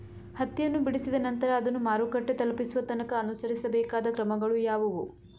ಹತ್ತಿಯನ್ನು ಬಿಡಿಸಿದ ನಂತರ ಅದನ್ನು ಮಾರುಕಟ್ಟೆ ತಲುಪಿಸುವ ತನಕ ಅನುಸರಿಸಬೇಕಾದ ಕ್ರಮಗಳು ಯಾವುವು?